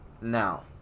now